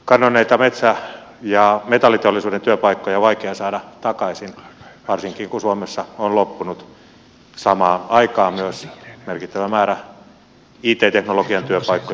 kadonneita metsä ja metalliteollisuuden työpaikkoja on vaikea saada takaisin varsinkin kun suomessa on loppunut samaan aikaan myös merkittävä määrä it teknologian työpaikkoja